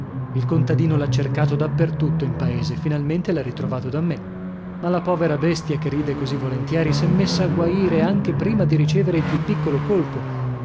il contadino l'ha cercato da per tutto in paese finalmente l'ha ritrovato da me ma la povera bestia che ride così volentieri s'è messa a guaire anche prima di ricevere il più piccolo colpo